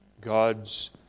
God's